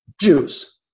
Jews